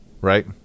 right